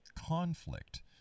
conflict